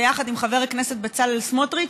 ביחד עם חבר הכנסת בצלאל סמוטריץ,